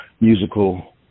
musical